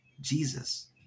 Jesus